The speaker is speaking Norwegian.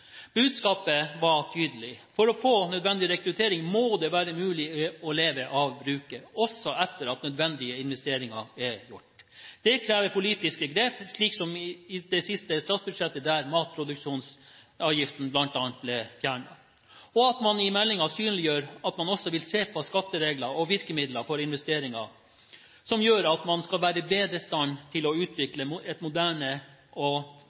Budskapet var tydelig: For å få nødvendig rekruttering må det være mulig å leve av bruket, også etter at nødvendige investeringer er gjort. Det krever politiske grep, slik som i det siste statsbudsjettet, der matproduksjonsavgiften, bl.a., ble fjernet, og i meldingen, der man synliggjør at man også vil se på skatteregler og virkemidler for investeringer som gjør at man skal være bedre i stand til å utvikle moderne og